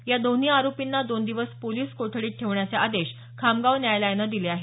या दोन्ही आरोपींना दोन दिवस पोलीस कोठडीत ठेवण्याचे आदेश खामगाव न्यायालयाने दिले आहे